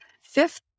fifth